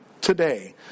today